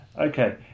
Okay